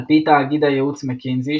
על פי תאגיד הייעוץ "מקינזי",